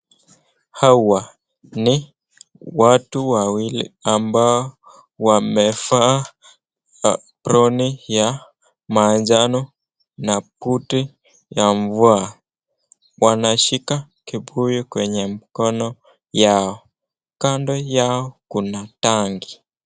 Hawa ni watu wawili ambao wamevaa aproni ya manjano na koti ya mvua, wanashika kibuyu kwenye mkono yao. Kando yao kuna tangi